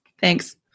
Thanks